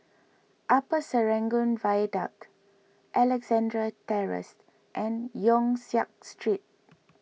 Upper Serangoon Viaduct Alexandra Terrace and Yong Siak Street